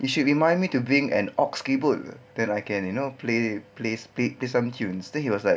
you should remind me to bring an A_U_X cable then I can you know play play play some tunes then he was like